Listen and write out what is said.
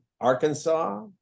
Arkansas